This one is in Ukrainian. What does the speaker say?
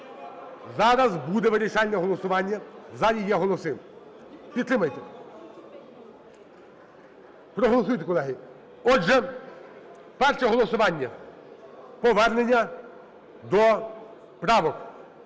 Зараз буде вирішальне голосування. В залі є голоси. Підтримайте. Проголосуйте, колеги. Отже, перше голосування – повернення до правок.